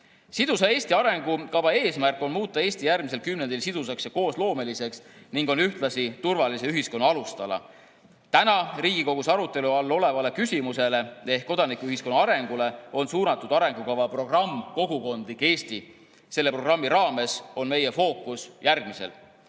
Sidusa Eesti arengukava eesmärk on muuta Eesti järgmisel kümnendil siduvaks ja koosloomeliseks ning see on ühtlasi turvalise ühiskonna alustala. Täna Riigikogus arutelu all olevale küsimusele ehk kodanikuühiskonna arengule on suunatud arengukava programm "Kogukondlik Eesti". Selle programmi raames on meie fookus järgmisel.